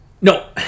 No